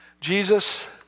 Jesus